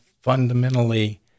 fundamentally